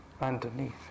underneath